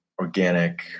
organic